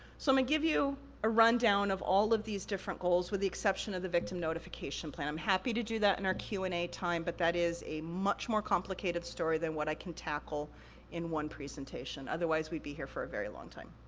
so, i'ma give you a rundown of all of these different goals, with the exception of the victim notification plan. i'm happy to do that in our q and a time, but that is a much more complicated story than what i can tackle in one presentation, otherwise we'd be here for a very long time.